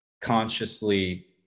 consciously